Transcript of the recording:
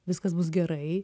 viskas bus gerai